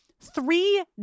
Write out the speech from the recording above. three